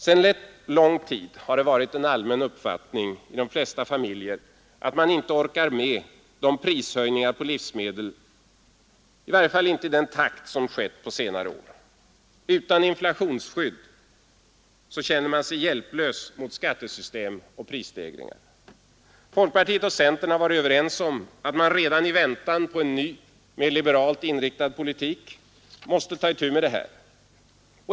Sedan rätt lång tid har det varit en allmän uppfattning i de flesta familjer att man inte orkar med prishöjningar på livsmedel i den takt som rått på senare år. Utan inflationsskydd känner man sig hjälplös mot skattesystem och prisstegringar. Folkpartiet och centern har varit överens om att man redan i väntan på en ny, mer liberalt inriktad politik måste ta itu med det här.